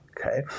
okay